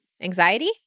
Anxiety